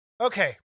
Okay